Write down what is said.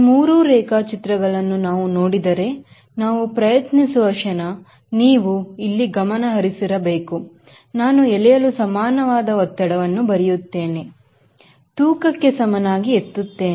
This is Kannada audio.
ಈ 3 ರೇಖಾಚಿತ್ರಗಳನ್ನು ನಾವು ನೋಡಿದರೆ ನಾನು ಪ್ರಯತ್ನಿಸುವ ಕ್ಷಣ ನೀವು ಇಲ್ಲಿ ಗಮನಹರಿಸಬೇಕುನಾನು ಎಳೆಯಲು ಸಮಾನವಾದ ಒತ್ತಡವನ್ನು ಬರೆಯುತ್ತೇನೆ ತೂಕಕ್ಕೆ ಸಮನಾಗಿ ಎತ್ತುತ್ತೇನೆ